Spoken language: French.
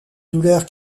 douleur